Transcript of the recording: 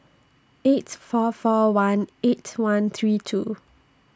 eight four four one eight one three two